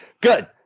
Good